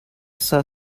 saw